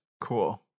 cool